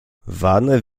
vane